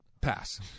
pass